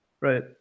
Right